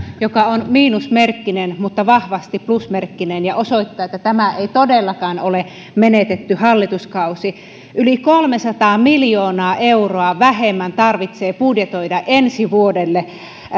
on miinusmerkkinen mutta vahvasti plussaa ja osoittaa että tämä ei todellakaan ole menetetty hallituskausi yli kolmesataa miljoonaa euroa vähemmän tarvitsee budjetoida ensi vuodelle